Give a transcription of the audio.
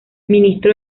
ministro